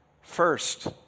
first